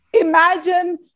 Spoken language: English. imagine